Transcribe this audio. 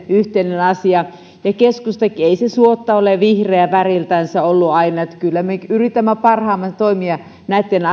yhteisiä asioita ei keskustakaan suotta ole vihreä väriltänsä ollut aina kyllä me yritämme parhaamme toimia näitten